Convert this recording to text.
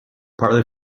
partly